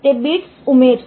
તે બિટ્સ ઉમેરશે